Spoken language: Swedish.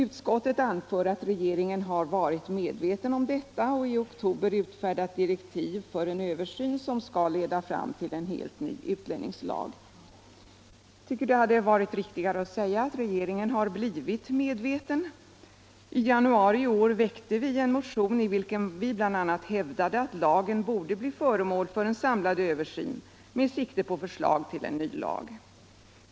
Utskottet anför att regeringen har varit medveten om detta och i oktober utfärdat direktiv för en översyn som skall leda fram till en helt ny utlänningslag. Jag tycker det hade varit riktigare att säga att regeringen har blivit medveten. I januari i år väckte vi en motion i vilken vi bl.a. hävdade att lagen borde bli föremål för en samlad översyn med sikte på förslag till en ny lag.